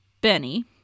Benny